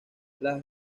las